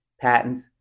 patents